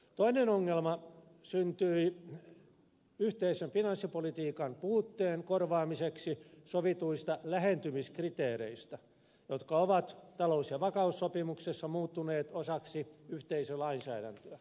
toinen ongelma syntyi yhteisen finanssipolitiikan puutteen korvaamiseksi sovituista lähentymiskriteereistä jotka ovat talous ja vakaussopimuksessa muuttuneet osaksi yhteisölainsäädäntöä